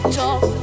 talk